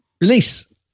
release